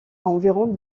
environ